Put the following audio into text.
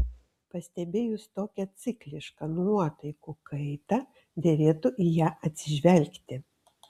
pastebėjus tokią ciklišką nuotaikų kaitą derėtų į ją atsižvelgti